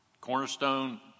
cornerstone